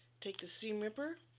take the seam ripper